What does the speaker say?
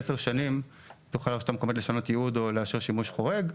10 שנים תוכל הרשות המקומית לשנות ייעוד או לאשר שימוש חורג.